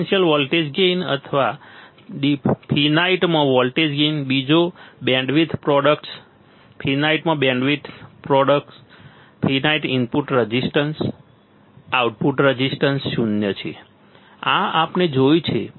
differential voltage gain અથવા ફિનાઈટમાં voltage gain બીજો બેન્ડવિડ્થ પ્રોડક્ટ્સ ફિનાઈટમાં bandwidth products finite input resistance output resistance શૂન્ય છે આ આપણે જોયું છે